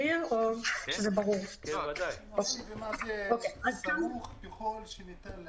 מה זה "סמוך ככל שניתן לאירוע"?